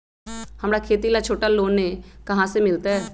हमरा खेती ला छोटा लोने कहाँ से मिलतै?